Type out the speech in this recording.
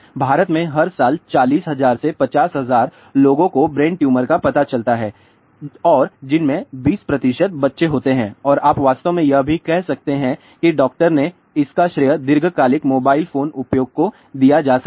भारत में हर साल 40000 से 50000 लोगों को ब्रेन ट्यूमर का पता चलता है और जिनमें से 20 बच्चे होते हैं और आप वास्तव में यह भी कह सकते हैं कि डॉक्टर ने कहा कि इसका श्रेय दीर्घकालिक मोबाइल फोन उपयोग को दिया जा सकता है